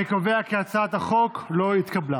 אני קובע כי הצעת החוק לא התקבלה.